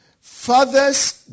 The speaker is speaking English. Fathers